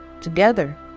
Together